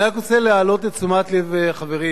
אני רק רוצה להעלות את תשומת לב החברים,